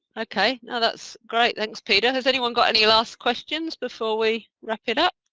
ok, you know thats great, thanks peter has anyone got any last questions before we wrap it up?